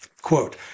Quote